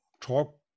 talk